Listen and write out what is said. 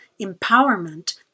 empowerment